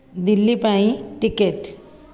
ଦିଲ୍ଲୀ ପାଇଁ ଟିକେଟ୍